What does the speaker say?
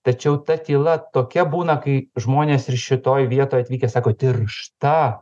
tačiau ta tyla tokia būna kai žmonės ir šitoj vietoj atvykę sako tiršta